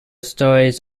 stories